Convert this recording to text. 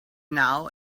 now